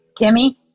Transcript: Kimmy